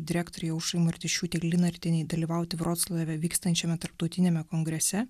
direktorei aušra martišiūtei linartienei dalyvauti vroclave vykstančiame tarptautiniame kongrese